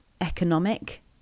economic